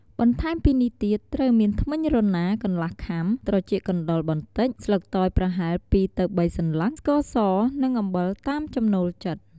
បន្ថែមពីនេះទៀត ត្រូវមានធ្មេញរណា កន្លះខាំ, ត្រចៀកកណ្ដុរ បន្តិច, ស្លឹកតើយ ប្រហែល ២ ទៅ ៣ សន្លឹក, ស្ករស និង អំបិល តាមចំណូលចិត្ត។